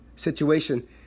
situation